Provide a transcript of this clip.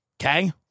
okay